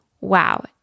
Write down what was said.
Wow